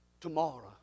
tomorrow